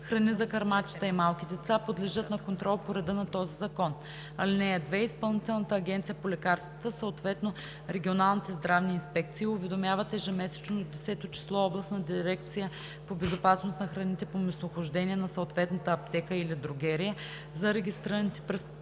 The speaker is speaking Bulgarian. храни за кърмачета и малки деца, подлежат на контрол по реда на този закон. (2) Изпълнителната агенция по лекарствата, съответно регионалните здравни инспекции, уведомяват ежемесечно до 10-о число областната дирекция по безопасност на храните по местонахождение на съответната аптека и дрогерия за регистрираните през предходния